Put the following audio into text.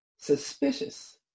suspicious